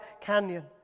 canyon